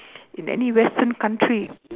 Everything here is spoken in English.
in any western country